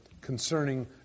concerning